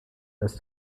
als